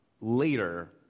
later